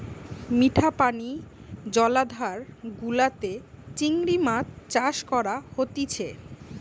মিঠা পানি জলাধার গুলাতে চিংড়ি মাছ চাষ করা হতিছে